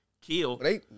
Kill